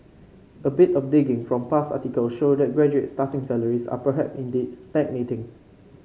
a bit of digging from past articles show that graduate starting salaries are perhaps indeed stagnating